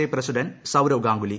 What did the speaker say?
I president Sourav Ganguly